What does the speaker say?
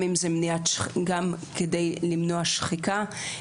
גם כדי למנוע שחיקה,